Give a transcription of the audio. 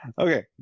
Okay